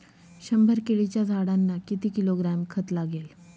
शंभर केळीच्या झाडांना किती किलोग्रॅम खत लागेल?